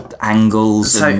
Angles